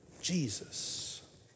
Jesus